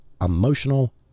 emotional